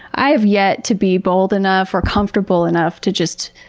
i have yet to be bold enough or comfortable enough to just,